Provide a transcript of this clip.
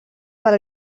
del